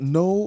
no